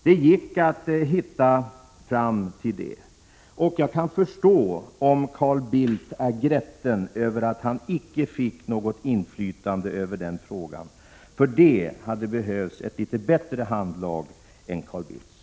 Det gick att hitta fram till en sådan. Jag kan förstå om Carl Bildt är grätten över att han icke fick något inflytande över den frågan. Till det hade det behövts ett bättre handlag än Carl Bildts.